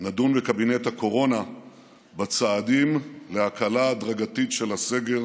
נדון בקבינט הקורונה בצעדים להקלה הדרגתית של הסגר